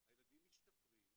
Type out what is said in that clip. הילדים משתפרים.